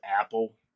Apple